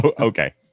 okay